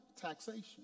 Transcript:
Taxation